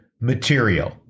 material